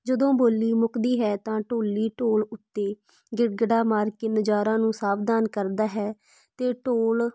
ਜਦੋਂ ਬੋਲੀ ਮੁੱਕਦੀ ਹੈ ਤਾਂ ਢੋਲੀ ਢੋਲ ਉੱਤੇ ਗਿੜਗਿੜਾ ਮਾਰ ਕੇ ਨਚਾਰਾਂ ਨੂੰ ਸਾਵਧਾਨ ਕਰਦਾ ਹੈ ਅਤੇ ਢੋਲ